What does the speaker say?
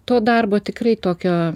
to darbo tikrai tokio